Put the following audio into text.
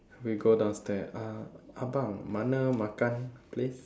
we go downstair uh abang mana makan place